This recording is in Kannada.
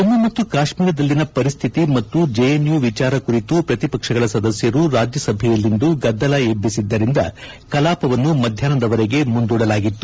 ಜಮ್ಮ ಮತ್ತು ಕಾಶ್ಮೀರದಲ್ಲಿನ ಪರಿಸ್ತಿತಿ ಮತ್ತು ಜೆಎನ್ಯು ವಿಚಾರ ಕುರಿತು ಪ್ರತಿಪಕ್ಷಗಳ ಸದಸ್ಯರು ರಾಜ್ಯಸಭೆಯಲ್ಲಿಂದು ಗದ್ದಲ ಎಬ್ಲಿಸಿದ್ದರಿಂದ ಕಲಾಪವನ್ನು ಮಧ್ಯಾಪ್ನದವರೆಗೆ ಮುಂದೂಡಲಾಗಿತ್ತು